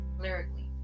lyrically